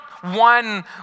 one